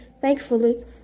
Thankfully